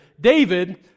david